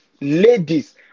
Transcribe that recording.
ladies